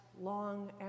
long